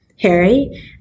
Harry